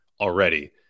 already